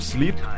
Sleep